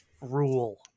rule